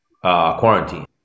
quarantine